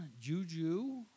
Juju